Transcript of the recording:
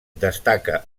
destaca